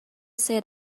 say